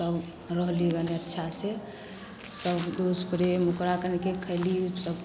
सभ रहली गने अच्छासे सभ दोस्त प्रेम ओकरा कनके खएली सभ